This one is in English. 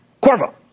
Corvo